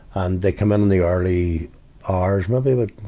and they come in in the early ah hours nobody would,